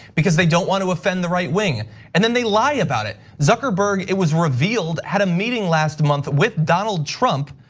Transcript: because they don't want to offend the right wing and then, they lie about it. zuckerberg, it was revealed, had a meeting last month with donald trump.